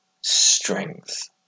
strength